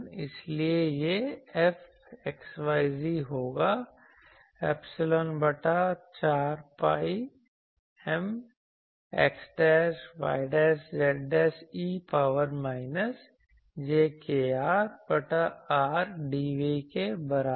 इसलिए यह F होगा ऐपसीलोन बटा 4 pi M xyz e power minus j kR बटा R dv के बराबर